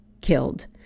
killed